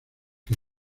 que